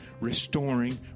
restoring